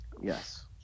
yes